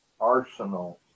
arsenal